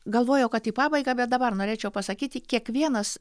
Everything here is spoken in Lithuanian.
galvojau kad į pabaigą bet dabar norėčiau pasakyti kiekvienas